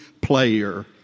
player